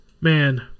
man